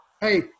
hey